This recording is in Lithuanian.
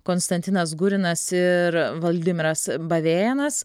konstantinas gurinas ir valdimiras bavėjanas